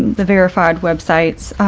the verified websites,